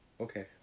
Okay